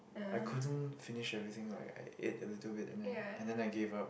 I couldn't finish everything lah I I ate a little bit and then I and then I gave up